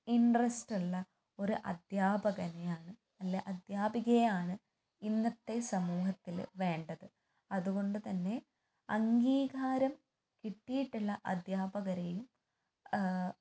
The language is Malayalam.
ഇൻട്രസ്റ്റുള്ള ഒരു അദ്ധ്യാപകനെ ആണ് അല്ലെങ്കിൽ അദ്ധ്യാപികയെ ആണ് ഇന്നത്തെ സമൂഹത്തിൽ വേണ്ടത് അതുകൊണ്ട് തന്നെ അംഗീകാരം കിട്ടിട്ടുള്ള അദ്ധ്യാപകരേയും